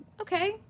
Okay